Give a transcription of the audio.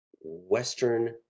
Western